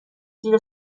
زیر